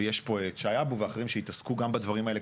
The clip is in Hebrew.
ויש פה את שי אבו ואחרים שהתעסקו גם בדברים האלה,